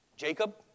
Jacob